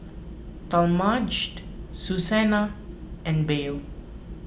Talmadge Susanna and Belle